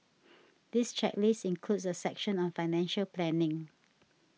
this checklist includes a section on financial planning